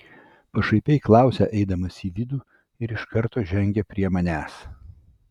pašaipiai klausia eidamas į vidų ir iš karto žengia prie manęs